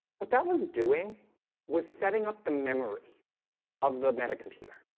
what that was doing was setting up the memory of the meta computer